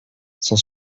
sans